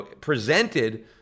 presented